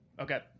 Okay